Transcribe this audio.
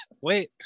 wait